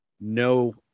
no